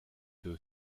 two